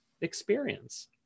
experience